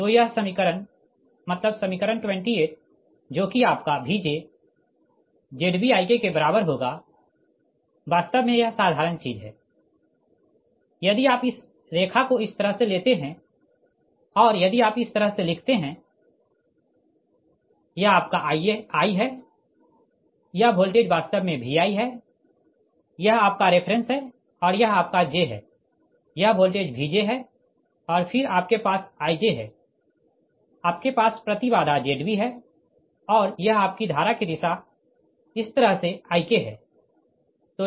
तो यह समीकरण मतलब समीकरण 28 जो कि आपका Vj ZbIk के बराबर होगा वास्तव में यह साधारण चीज है यदि आप इस रेखा को इस तरह से लेते है और यदि आप इस तरह लिखते है यह आपका i है यह वोल्टेज वास्तव में Vi है यह आपका रेफ़रेंस है और यह आपका j है यह वोल्टेज Vj है और फिर आपके पास i j है आपके पास प्रति बाधा Zb है और यह आपकी धारा की दिशा इस तरह से Ik है